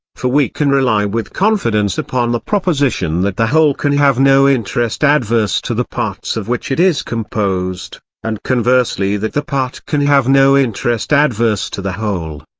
for we can rely with confidence upon the proposition that the whole can have no interest adverse to the parts of which it is composed and conversely that the part can have no interest adverse to the whole.